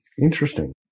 interesting